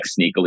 sneakily